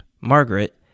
Margaret